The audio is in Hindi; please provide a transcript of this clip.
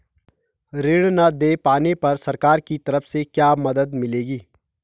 ऋण न दें पाने पर सरकार की तरफ से क्या मदद मिलेगी?